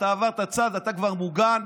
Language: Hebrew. אתה עברת צד, אתה כבר מוגן,